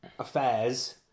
Affairs